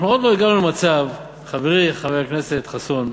אנחנו עוד לא הגענו למצב, חברי חבר הכנסת חסון,